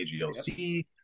AGLC